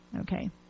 Okay